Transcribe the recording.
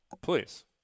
Please